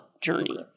journey